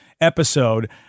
episode